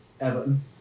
Everton